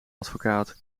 advocaat